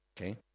Okay